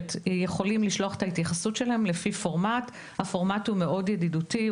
יכול לשלוח את ההתייחסות שלו לפי פורמט שהוא מאוד ידידותי,